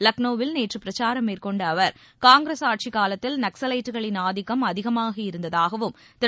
லக்னோவில் நேற்று பிரச்சாரம் மேற்கொண்ட அவர் காங்கிரஸ் ஆட்சிக்காலத்தில் நக்ஸலைட்டுகளின் ஆதிக்கம் அதிகமாக இருந்ததாகவும் திரு